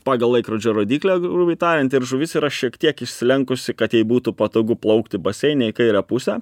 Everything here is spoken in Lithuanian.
pagal laikrodžio rodyklę grubiai tariant ir žuvis yra šiek tiek išsilenkusi kad jai būtų patogu plaukti baseine į kairę pusę